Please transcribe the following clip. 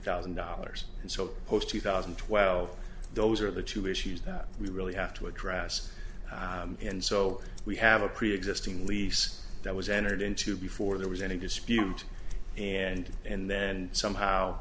thousand dollars and so post two thousand and twelve those are the two issues that we really have to address and so we have a preexisting lease that was entered into before there was any dispute and and then somehow